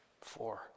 Four